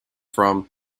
from